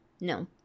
no